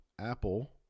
Apple